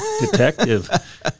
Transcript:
detective